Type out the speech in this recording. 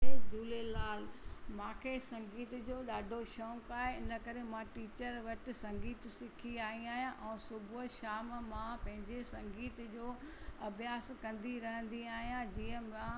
जय झूलेलाल मूंखे संगीत जो ॾाढो शौक़ आहे इन करे मां टीचर वटि संगीत सिखी आई आहियां ऐं सुबुह शाम मां पंहिंजे संगीत जो अभ्यास कंदी रहंदी आहियां जींअ मां